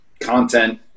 content